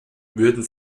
würden